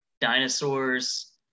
dinosaurs